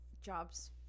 jobs